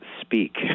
speak